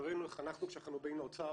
וראינו איך אנחנו, כשאנחנו באים לאוצר